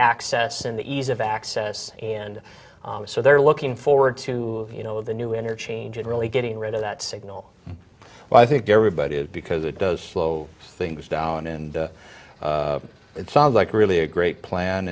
access and the ease of access and so they're looking forward to you know the new energy change and really getting rid of that signal well i think everybody because it does slow things down and it sounds like really a great plan